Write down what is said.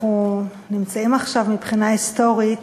אנחנו נמצאים עכשיו מבחינה היסטורית